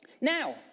Now